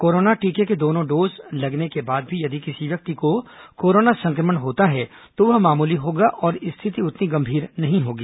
corona टीके के दोनों डोज लगने के बाद भी यदि किसी व्यक्ति को कोरोना संक्रमण होता है तो वह मामूली होगा और स्थिति उतनी अधिक गंभीर नहीं होगी